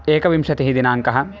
एकविंशतिः दिनाङ्कः